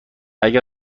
اگر